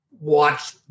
watch